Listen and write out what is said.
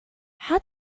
how